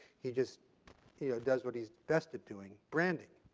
he just he does what he's best at doing branding.